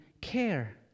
care